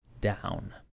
down